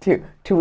to to